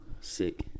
Sick